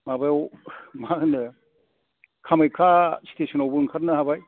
माबायाव मा होनो कामाख्या स्टेसनावबो ओंखारनो हाबाय